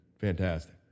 fantastic